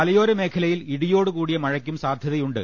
മലയോരമേഖലയിൽ ഇടിയോടുകൂടിയ മഴയ്ക്കും സാധ്യതയുണ്ട്